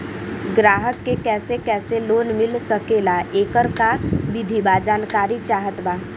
ग्राहक के कैसे कैसे लोन मिल सकेला येकर का विधि बा जानकारी चाहत बा?